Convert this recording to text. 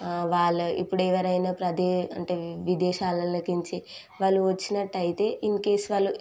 వాళ్ళు ఇప్పుడు ఎవరైనా ప్రదే అంటే విదేశాల నుంచి వాళ్ళు వచ్చినట్టయితే ఇన్కేస్ వాళ్ళు